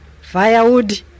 firewood